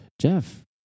Jeff